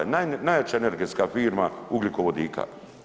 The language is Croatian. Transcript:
Najjača energetska firma ugljikovodika.